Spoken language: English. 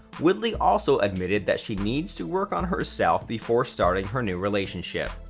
woodley also admitted that she needs to work on herself before starting her new relationship.